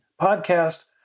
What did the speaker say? podcast